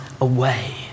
away